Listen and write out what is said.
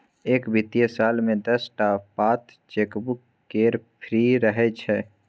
एक बित्तीय साल मे दस टा पात चेकबुक केर फ्री रहय छै